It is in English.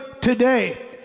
today